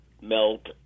melt